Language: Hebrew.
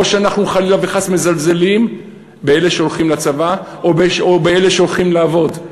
לא שאנחנו חלילה וחס מזלזלים באלה שהולכים לצבא או באלה שהולכים לעבוד.